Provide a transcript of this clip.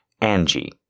Angie